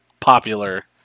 popular